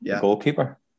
goalkeeper